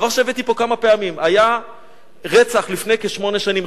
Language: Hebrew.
דבר שהבאתי פה כמה פעמים: היה רצח לפני כשמונה שנים,